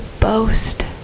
boast